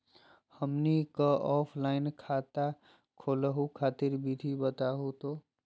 हमनी क ऑफलाइन खाता खोलहु खातिर विधि बताहु हो?